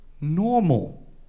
normal